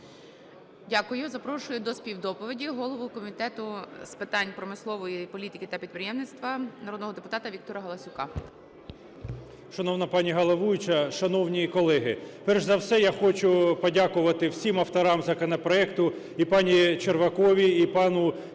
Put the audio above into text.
Дякую. Запрошую до співдоповіді голову Комітету з питань промислової політики та підприємництва народного депутата Віктора Галасюка.